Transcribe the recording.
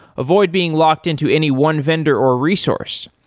avoid being locked into any one vendor or resource.